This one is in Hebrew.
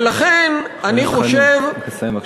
ולכן אני חושב, חבר הכנסת חנין, תסיים בבקשה.